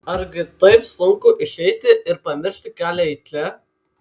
argi taip sunku išeiti ir pamiršti kelią į čia